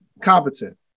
competent